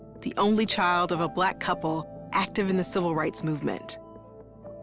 the only child of a black couple active in the civil rights movement.